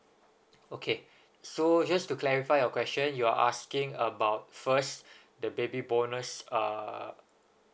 okay so just to clarify your question you're asking about first the baby bonus uh